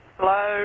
Hello